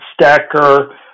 stacker